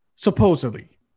Supposedly